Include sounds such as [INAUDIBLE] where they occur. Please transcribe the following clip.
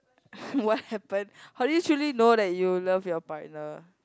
[BREATH] what happen how do you truly know that you love your partner